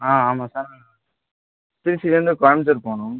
ஆ ஆமாம் சார் திருச்சிலேருந்து கோயம்புத்தூர் போகணும்